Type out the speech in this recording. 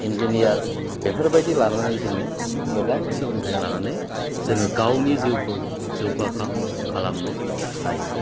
engineer बेफोरबायदि लानानै जोङो गोबां सोलोंथाइ लानानै जोङो गावनि जिउखौ जौगाखां खालामनो हायो